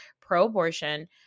pro-abortion